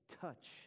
touch